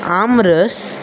आमरस